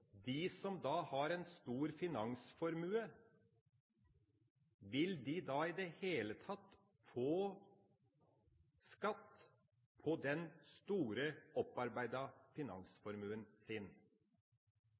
vil de da i det hele tatt få skatt på den store